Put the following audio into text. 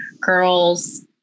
girls